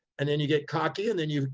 and then you get cocky. and then you,